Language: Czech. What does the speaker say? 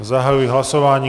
Zahajuji hlasování.